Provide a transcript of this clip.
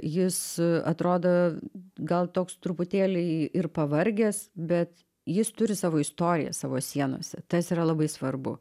jis atrodo gal toks truputėlį ir pavargęs bet jis turi savo istoriją savo sienose tas yra labai svarbu